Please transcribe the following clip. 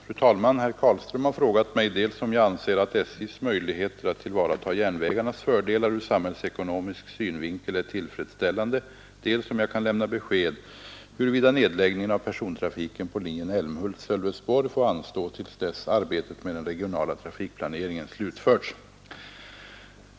Fru talman! Herr Carlström har frågat mig dels om jag anser att SJ:s möjligheter att tillvarata järnvägarnas fördelar ur samhällsekonomisk synvinkel är tillfredsställande, dels om jag kan lämna besked huruvida nedläggningen av persontrafiken på linjen Älmhult — Sölvesborg får anstå till dess arbetet med den regionala trafikplaneringen slutförts.